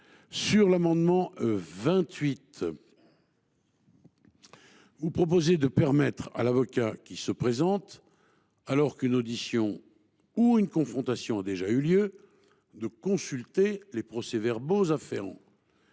L’amendement n° 28 vise à permettre à l’avocat qui se présente, alors qu’une audition ou une confrontation a déjà eu lieu, de consulter les procès verbaux afférents.